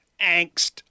angst